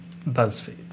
BuzzFeed